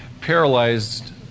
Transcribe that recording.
paralyzed